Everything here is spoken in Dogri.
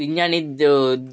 इ'यां निं